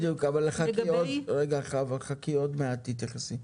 בדיוק, אבל חוה, עוד מעט תתייחסי.